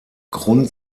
grund